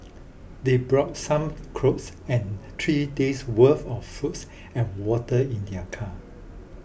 they brought some clothes and three days' worth of foods and water in their car